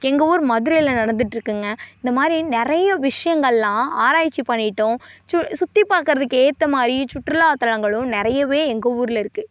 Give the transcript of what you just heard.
எங்கள் ஊர் மதுரையில் நடந்துட்டுருக்குங்க இந்தமாதிரி நிறைய விஷயங்கள்லாம் ஆராய்ச்சி பண்ணிட்டும் சு சுற்றிப் பார்க்கறதுக்கு ஏற்ற மாதிரி சுற்றுலா தலங்களும் நிறையவே எங்கள் ஊரில் இருக்குது